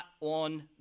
on